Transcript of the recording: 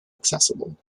accessible